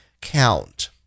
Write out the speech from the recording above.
count